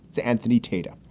it's anthony tata.